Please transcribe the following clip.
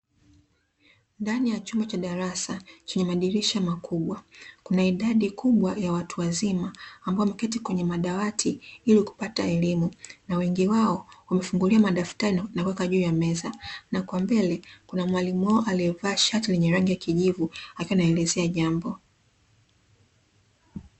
Ndani ya chumba cha darasa chenye madirisha makubwa, kuna idadi kubwa ya watu wazima ambao wameketi kwenye madawati ili kupata elimu. Na wengi wao wamefungulia madaftari na kuweka juu ya meza. Na kwa mbele kuna mwalimu wao alievaa shati lenye rangi ya kijivu akiwa anaelezea jambo.